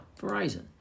Verizon